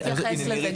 אני אתייחס לזה,